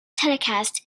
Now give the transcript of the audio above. telecast